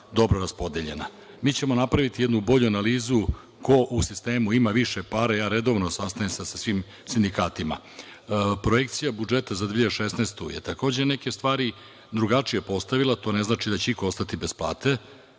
dobro raspodeljena. Mi ćemo napraviti jednu bolju analizu ko u sistemu ima više para. Redovno se sastajem sa svim sindikatima. Projekcija budžeta za 2016 je takođe neke stvari drugačije postavila. To ne znači da će iko ostati bez plate.